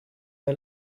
are